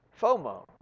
FOMO